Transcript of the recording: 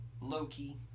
Loki